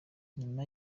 nyuma